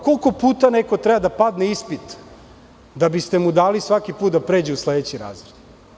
Koliko puta neko treba da padne ispit da biste mu dali svaki put da pređe u sledeći razred.